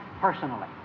personally